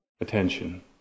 attention